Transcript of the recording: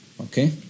Okay